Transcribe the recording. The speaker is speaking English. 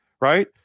right